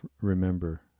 Remember